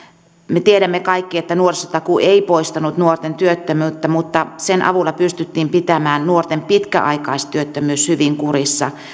me tiedämme kaikki että nuorisotakuu ei poistanut nuorten työttömyyttä mutta sen avulla pystyttiin pitämään nuorten pitkäaikaistyöttömyys hyvin kurissa